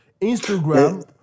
Instagram